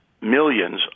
millions